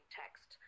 text